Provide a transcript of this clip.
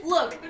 Look